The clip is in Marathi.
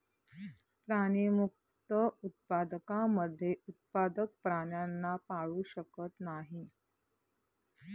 प्राणीमुक्त उत्पादकांमध्ये उत्पादक प्राण्यांना पाळू शकत नाही